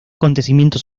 acontecimiento